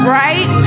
right